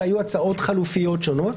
והיו הצעות חלופיות שונות.